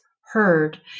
heard